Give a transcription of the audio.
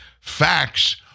Facts